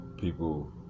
people